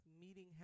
meeting